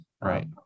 Right